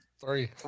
three